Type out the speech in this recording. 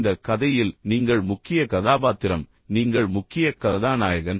இந்த கதையில் நீங்கள் முக்கிய கதாபாத்திரம் நீங்கள் முக்கிய கதாநாயகன்